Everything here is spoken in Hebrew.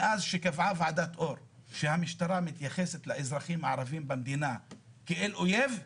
מאז שקבעה ועדת אור שהמשטרה מתייחסת לאזרחים הערבים במדינה כאל אויב,